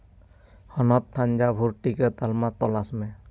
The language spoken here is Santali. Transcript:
ᱛᱷᱚᱱᱚᱛ ᱦᱟᱱᱡᱟ ᱵᱷᱚᱴᱴᱤᱠᱟ ᱛᱟᱞᱢᱟ ᱛᱚᱞᱟᱥ ᱢᱮ